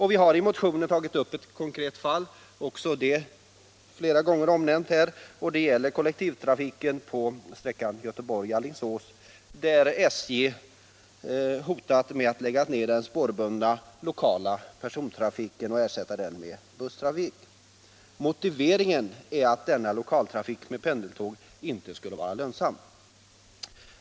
Vi har i motionen tagit upp ett konkret fall — också det flera gånger omnämnt här — och det gäller kollektivtrafiken på sträckan Göteborg Alingsås, där SJ hotat med att lägga ner den spårbundna lokala persontrafiken och ersätta den med busstrafik. Motiveringen är att denna lokaltrafik med pendeltåg inte skulle vara lönsam.